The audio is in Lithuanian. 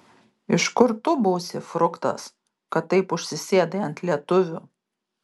ir iš kur tu būsi fruktas kad taip užsisėdai ant lietuvių